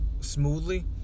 smoothly